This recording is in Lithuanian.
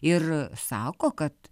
ir sako kad